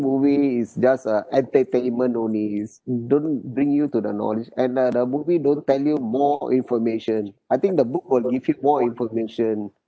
movie is just a entertainment only is don't bring you to the knowledge and uh the movie don't tell you more information I think the book will give you more information